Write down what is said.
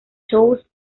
shows